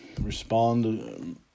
respond